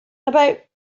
about